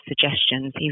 suggestions